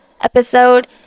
episode